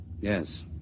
Yes